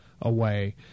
away